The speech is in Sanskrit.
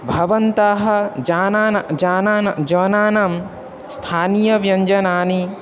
भवन्तः जनान् जनाः जनानां स्थानीयव्यञ्जनानि